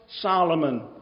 Solomon